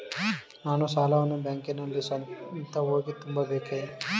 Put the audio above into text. ನಾನು ಸಾಲವನ್ನು ಬ್ಯಾಂಕಿನಲ್ಲಿ ಸ್ವತಃ ಹೋಗಿ ತುಂಬಬೇಕೇ?